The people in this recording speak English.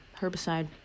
herbicide